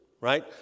right